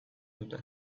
dute